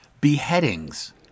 beheadings